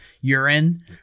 urine